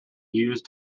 used